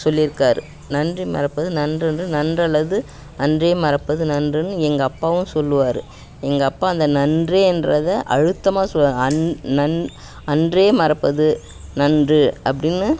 சொல்லியிருக்கார் நன்றி மறப்பது நன்றன்று நன்றல்லது அன்றே மறப்பது நன்றுன்னு எங்கள் அப்பாவும் சொல்லுவார் எங்கள் அப்பா அந்த நன்றின்றதை அழுத்தமாக சொ அன் நன் அன்றே மறப்பது நன்று அப்படின்னு